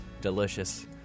delicious